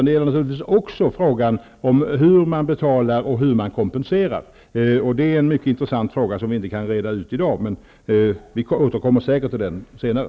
Det gäller naturligtvis också hur man betalar och hur man kompenserar. Det är en mycket intressant fråga som vi inte kan reda ut i dag. Vi återkommer säkert till den senare.